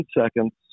seconds